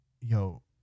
yo